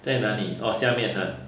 在那里 orh 下面 ha